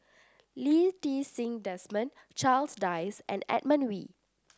Lee Ti Seng Desmond Charles Dyce and Edmund Wee